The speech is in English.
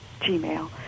Gmail